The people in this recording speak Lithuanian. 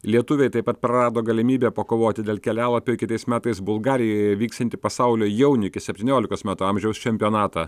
lietuviai taip pat prarado galimybę pakovoti dėl kelialapio į kitais metais bulgarijoje vyksiantį pasaulio jaunių iki septyniolikos metų amžiaus čempionatą